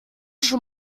schon